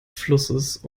flusses